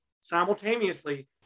simultaneously